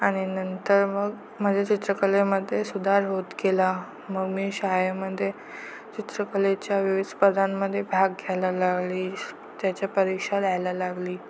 आणि नंतर मग माझे चित्रकलेमध्ये सुधार होत गेला मग मी शाळेमध्ये चित्रकलेच्या विविध स्पर्धांमध्ये भाग घ्यायला लागली त्याच्या परीक्षा द्यायला लागली